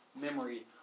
memory